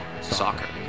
soccer